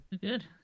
Good